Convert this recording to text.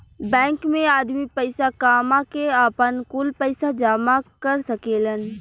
bank मे आदमी पईसा कामा के, आपन, कुल पईसा जामा कर सकेलन